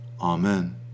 Amen